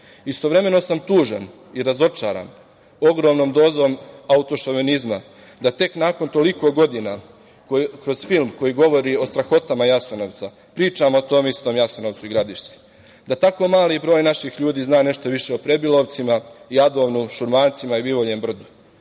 Istovremeno sam tužan i razočaran ogromnom dozom autošovinizma, da tek nakon toliko godina, kroz film koji govori o strahotama Jasenovca, pričamo o tom istom Jasenovcu i Gradišci. Da tako mali broj naših ljudi zna nešto više o Prebilovcima, Jadovnom, Šumarcima i Bivoljem brdu.